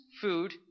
food